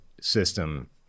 system